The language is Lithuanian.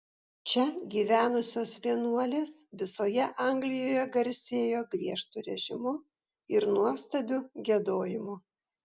čia gyvenusios vienuolės visoje anglijoje garsėjo griežtu režimu ir nuostabiu giedojimu